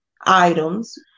items